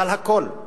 אבל הכול,